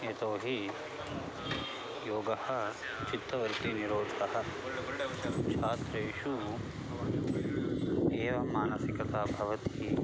यतोहि योगः चित्तवृत्तिनिरोधः छात्रेषु एवं मानसिकता भवति